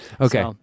Okay